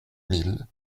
mille